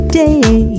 day